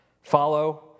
Follow